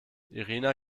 irina